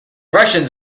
russians